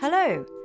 Hello